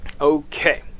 Okay